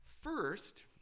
First